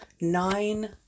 nine